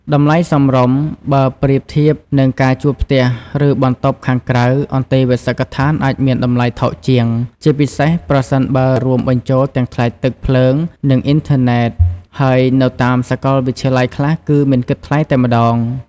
តម្លៃសមរម្យ បើប្រៀបធៀបនឹងការជួលផ្ទះ ឬបន្ទប់ខាងក្រៅ អន្តេវាសិកដ្ឋានអាចមានតម្លៃថោកជាង ជាពិសេសប្រសិនបើរួមបញ្ចូលទាំងថ្លៃទឹក ភ្លើង និងអុីនធឺណេត ហើយនៅតាមសកលវិទ្យាល័យខ្លះគឺមិនគិតថ្លៃតែម្ដង។